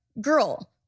girl